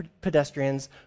pedestrians